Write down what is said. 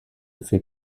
fait